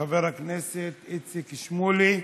חבר הכנסת איציק שמולי,